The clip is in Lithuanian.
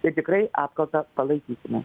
ir tikrai apkaltą palaikysime